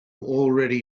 already